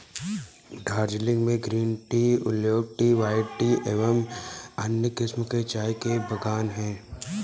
दार्जिलिंग में green tea, oolong tea, white tea एवं अन्य किस्म के चाय के बागान हैं